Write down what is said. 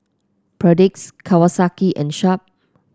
Perdix Kawasaki and Sharp